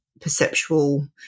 perceptual